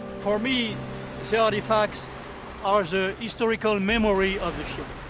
for me yeah artifacts are the historical memory of the trip